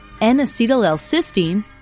N-acetyl-L-cysteine